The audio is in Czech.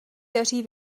daří